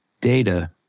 data